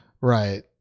Right